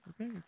Okay